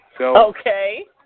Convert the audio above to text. Okay